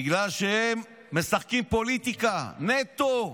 בגלל שהם משחקים פוליטיקה נטו.